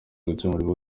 gukemura